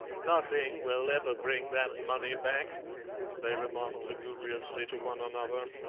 nothing will ever bring that money back they remarked lugubriously to one another.